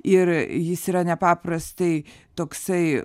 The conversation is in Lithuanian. ir jis yra nepaprastai toksai